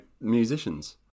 musicians